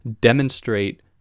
demonstrate